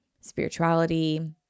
spirituality